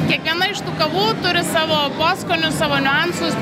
kiekviena iš tų kavų turi savo poskonius savo niuansus